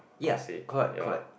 ya correct correct